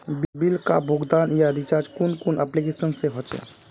Bill का भुगतान या रिचार्ज कुन कुन एप्लिकेशन से होचे?